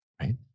Right